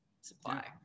supply